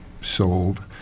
sold